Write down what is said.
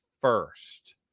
first